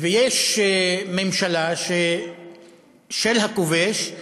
ויש ממשלה של הכובש,